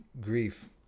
grief